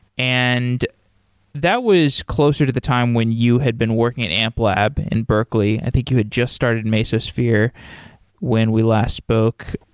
and that was closer to the time when you had been working at amplab in berkeley. i think you would just started mesosphere when we last spoke.